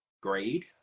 grade